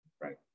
right